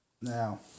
Now